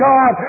God